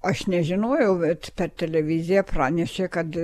aš nežinojau bet per televiziją pranešė kad